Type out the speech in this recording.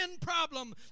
problem